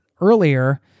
earlier